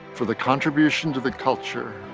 for the contribution to the culture,